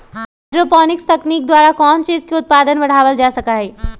hydroponics तकनीक द्वारा कौन चीज के उत्पादन बढ़ावल जा सका हई